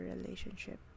relationship